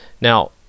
Now